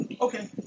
Okay